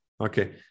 Okay